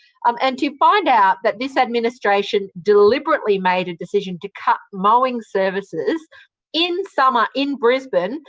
um and to find out that this administration deliberately made a decision to cut mowing services in summer, in brisbane,